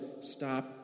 stop